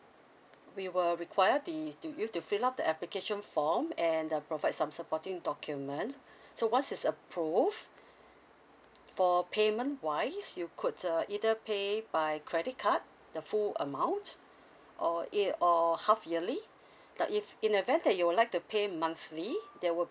we will require the to you to fill up the application form and uh provide some supporting document so once it's approved for payment wise you could uh either pay by credit card the full amount or eh or half yearly now if in the event that you would like to pay monthly there will